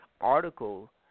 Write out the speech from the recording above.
article